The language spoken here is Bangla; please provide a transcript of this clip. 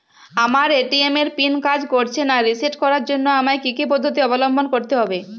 আমার এ.টি.এম এর পিন কাজ করছে না রিসেট করার জন্য আমায় কী কী পদ্ধতি অবলম্বন করতে হবে?